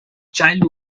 child